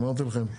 אמרתי לכם,